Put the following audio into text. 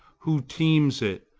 who teams it,